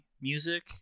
music